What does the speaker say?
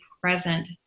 present